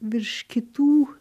virš kitų